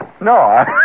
no